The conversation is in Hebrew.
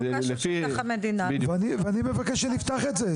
ואני מבקש שנפתח את זה.